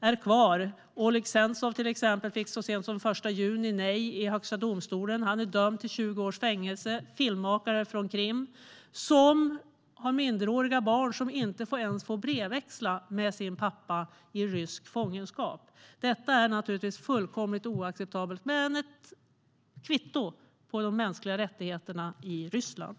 är kvar. Oleg Sentsov fick till exempel så sent som den 1 juni nej i högsta domstolen. Han är dömd till 20 års fängelse - en filmmakare från Krim som har minderåriga barn som inte ens får brevväxla med sin pappa i rysk fångenskap. Detta är naturligtvis fullkomligt oacceptabelt men är ett kvitto på de mänskliga rättigheterna i Ryssland.